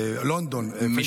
בלונדון הם,